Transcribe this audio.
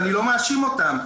אני לא מאשים אותם,